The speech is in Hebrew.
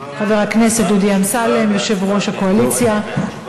חבר הכנסת דודי אמסלם, יושב-ראש הקואליציה.